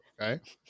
okay